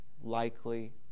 likely